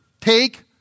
take